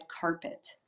carpet